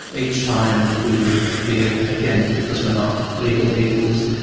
each time we would appear again, because we're not legal eagles,